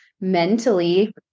mentally